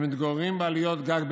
הם מתגוררים בעליות גג,